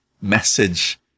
message